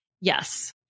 yes